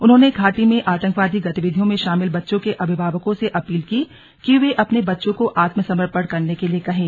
उन्होंने घाटी में आतंकवादी गतिविधियों में शामिल बच्चो के अभिभावकों से अपील की कि वे अपने बच्चो को आत्मसमर्पण करने के लिए कहें